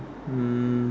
um